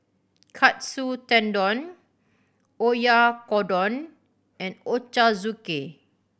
Katsu Tendon Oyakodon and Ochazuke